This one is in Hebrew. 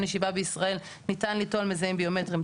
ישיבה בישראל ניתן ליטול מזהים ביומטריים,